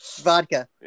vodka